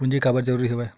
पूंजी काबर जरूरी हवय?